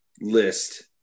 list